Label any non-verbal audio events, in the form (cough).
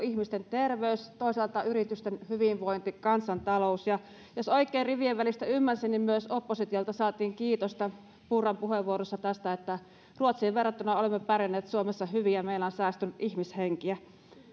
(unintelligible) ihmisten terveys toisaalta yritysten hyvinvointi ja kansantalous jos oikein rivien välistä ymmärsin niin myös oppositiolta saatiin kiitosta purran puheenvuorossa tästä että ruotsiin verrattuna olemme pärjänneet suomessa hyvin ja meillä on säästynyt ihmishenkiä